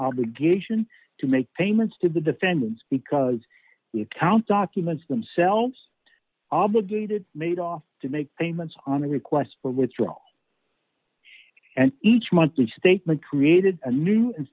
obligation to make payments to the defendants because the account documents themselves obligated made off to make payments on a request for withdrawal and each monthly statement created a new